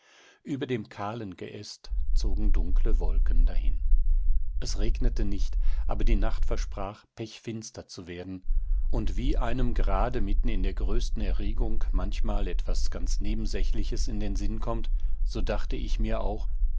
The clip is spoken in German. über dem kahlen geäst zogen dunkle wolken dahin es regnete nicht aber die nacht versprach pechfinster zu werden und wie einem gerade mitten in der größten erregung manchmal etwas ganz nebensächliches in den sinn kommt so dachte ich mir auch